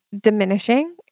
diminishing